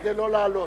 כדי לא לעלות.